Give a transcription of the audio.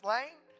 Lane